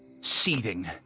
seething